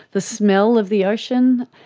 the smell of the ocean,